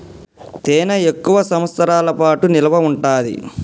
తేనె ఎక్కువ సంవత్సరాల పాటు నిల్వ ఉంటాది